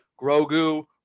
Grogu